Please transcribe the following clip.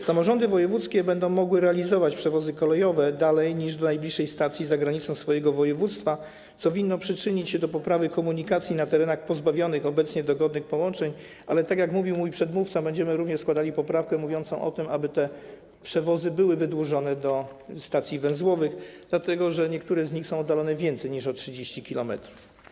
Samorządy wojewódzkie będą mogły realizować przewozy kolejowe dalej niż do najbliższej stacji za granicą swojego województwa, co winno przyczynić się do poprawy komunikacji na ternach pozbawionych obecnie dogodnych połączeń, ale, tak jak mówił mój przedmówca, będziemy również składali poprawkę mówiącą o tym, aby te przewozy były wydłużone do stacji węzłowych, dlatego że niektóre z nich są oddalone więcej niż o 30 km.